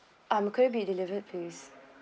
um could it be delivered piease